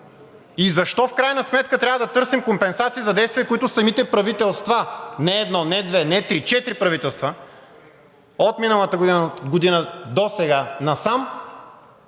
Защо в крайна сметка трябва да търсим компенсации за действия, които самите правителства – не едно, не две, не три – четири правителства, от миналата година досега насам